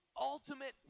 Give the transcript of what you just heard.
ultimate